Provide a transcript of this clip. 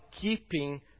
keeping